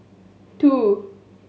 two